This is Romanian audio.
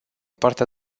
partea